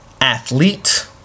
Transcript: athlete